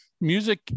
music